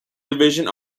division